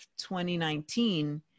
2019